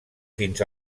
fins